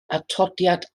atodiad